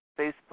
Facebook